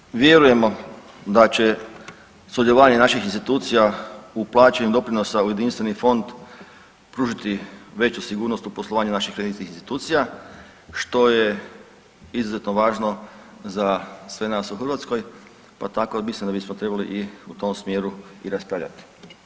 Mislim da vjerujemo da će sudjelovanje naših institucija u plaćanju doprinosa u jedinstveni fond pružiti veću sigurnost u poslovanju naših kreditnih institucija, što je izuzetno važno za sve nas u Hrvatskoj, pa tako mislim da bismo trebali i u tom smjeru i raspravljati.